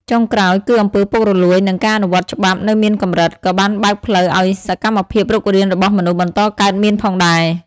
ចុងក្រោយ គឺអំពើពុករលួយ និង ការអនុវត្តច្បាប់នៅមានកម្រិត ក៏បានបើកផ្លូវឱ្យសកម្មភាពរុករានរបស់មនុស្សបន្តកើតមានផងដែរ។